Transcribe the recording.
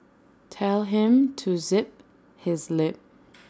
tell him to zip his lip